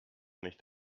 nicht